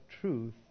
truth